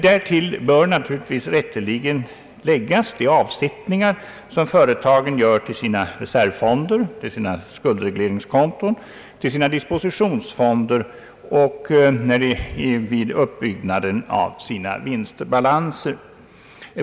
Därtill bör naturligtvis rätteligen läggas de avsättningar som företagen gör till sina reservfonder, skuldregleringskonton och dispositionsfonder samt vid uppbyggnaden av sina vinstbalanser.